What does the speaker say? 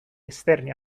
esterni